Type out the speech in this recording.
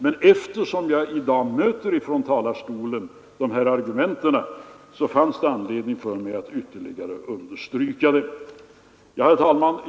Men eftersom jag i dag har mött de här argumenten från talarstolen fanns det anledning för mig att ytterligare understryka detta. Herr talman!